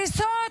הריסות,